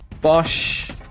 Bosh